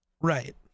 Right